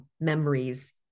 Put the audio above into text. memories